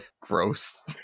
Gross